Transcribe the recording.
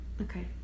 okay